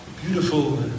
beautiful